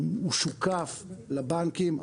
הוא שוּקף לבנקים.